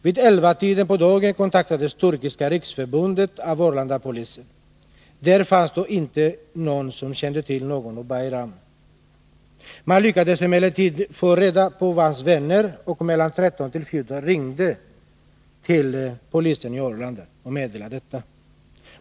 Vid elvatiden på dagen kontaktades Turkiska riksförbundet av Arlandapolisen. Där fanns då ingen som kände till något om Bayram. Man lyckades emellertid få reda på hans vänner, och mellan kl. 13 och 14 ringde man till polisen på Arlanda och meddelade detta.